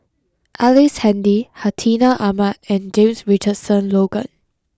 Ellice Handy Hartinah Ahmad and James Richardson Logan